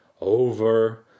over